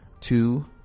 Two